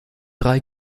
drei